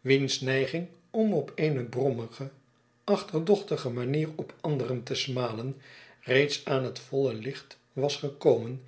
wiens neiging om op eene brommige achterdochtige manier op anderen te smalen reeds aan het voile licht was gekomen